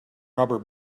rubber